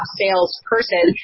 salesperson